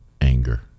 anger